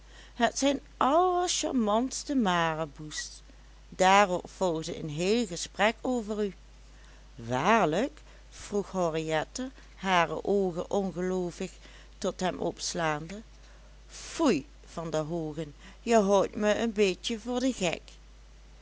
het zijn allercharmantste maraboe's daarop volgde een heel gesprek over u waarlijk vroeg henriette hare oogen ongeloovig tot hem opslaande foei van der hoogen je houdt me een beetje voor den gek